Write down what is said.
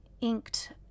inked